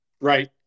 Right